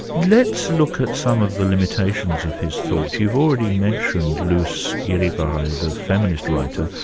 let's look at some of the limitations of his thought. you've already mentioned lucy irigaray, the feminist writer.